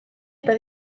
eta